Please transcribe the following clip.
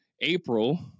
April